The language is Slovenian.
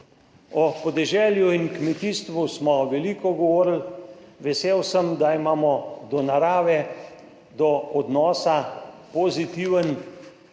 O podeželju in kmetijstvu smo veliko govorili. Vesel sem, da imamo do narave, do odnosa pozitiven,